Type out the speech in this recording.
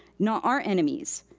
not our enemies.